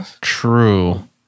True